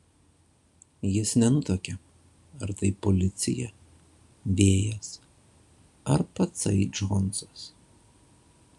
jis nenutuokė ar tai policija vėjas ar patsai džonsas